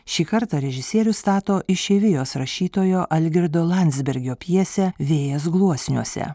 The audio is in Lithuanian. šį kartą režisierius stato išeivijos rašytojo algirdo landsbergio pjesę vėjas gluosniuose